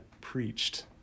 preached